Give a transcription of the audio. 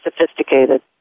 sophisticated